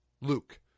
Luke